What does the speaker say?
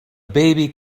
baby